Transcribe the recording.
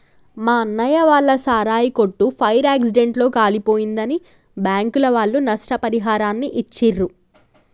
మా అన్నయ్య వాళ్ళ సారాయి కొట్టు ఫైర్ యాక్సిడెంట్ లో కాలిపోయిందని బ్యాంకుల వాళ్ళు నష్టపరిహారాన్ని ఇచ్చిర్రు